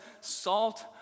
salt